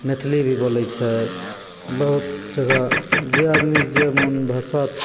मैथिली भी बोलै छै बहुत जगह जे आदमीके जे मोन भसत